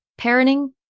parenting